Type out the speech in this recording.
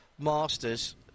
Masters